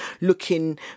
looking